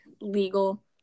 legal